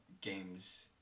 games